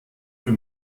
für